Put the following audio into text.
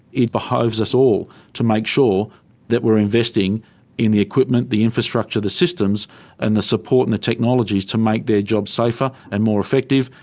it behoves us all to make sure that we're investing in the equipment, the infrastructure, the systems and the support and the technologies to make their job safer and more effective.